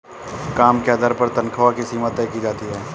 काम के आधार पर तन्ख्वाह की सीमा तय की जाती है